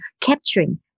capturing